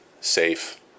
safe